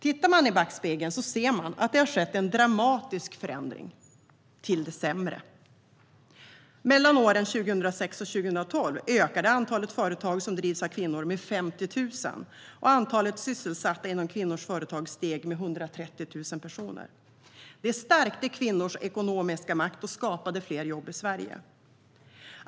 Om man tittar i backspegeln ser man alltså att det skett en dramatisk förändring till det sämre. Mellan åren 2006 och 2012 ökade antalet företag som drivs av kvinnor med 50 000, och antalet sysselsatta inom kvinnors företag steg med 130 000 personer. Det stärkte kvinnors ekonomiska makt och skapade fler jobb i Sverige.